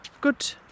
good